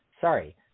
Sorry